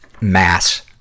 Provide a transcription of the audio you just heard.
mass